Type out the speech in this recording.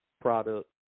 product